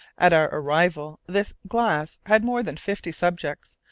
at our arrival this glass had more than fifty subjects,